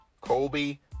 Colby